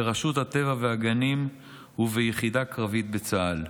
ברשות הטבע והגנים וביחידה קרבית בצה"ל.